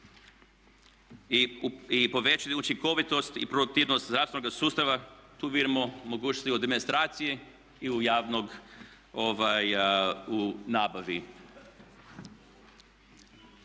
I povećati učinkovitost i produktivnost zdravstvenog sustava tu biramo mogućnosti u administraciji i u javnoj nabavi.